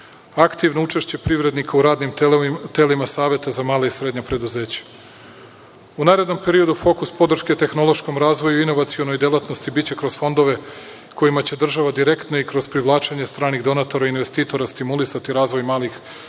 Aktivno učešće privrednika u radnim telima saveta za mala i srednja preduzeća.U narednom periodu fokus podrške tehnološkom razvoju i inovacionoj delatnosti biće kroz fondove kojima će država direktno i kroz privlačenje stranih donatora i investitora stimulisati razvoj malih i srednjih